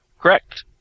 Correct